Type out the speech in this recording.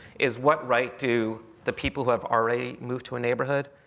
is what right do the people who have already moved to a neighborhood